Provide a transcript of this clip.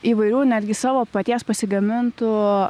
įvairių netgi savo paties pasigamintų